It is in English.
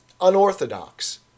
unorthodox